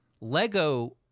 lego